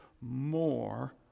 more